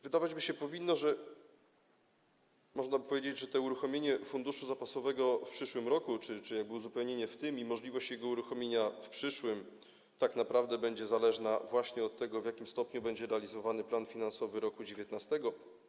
Wydawać by się powinno, można by powiedzieć, że to uruchomienie funduszu zapasowego w przyszłym roku - czy jakby uzupełnienie w tym i możliwość jego uruchomienia w przyszłym - tak naprawdę będzie zależne od tego, w jakim stopniu będzie realizowany plan finansowy roku 2019.